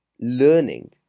learning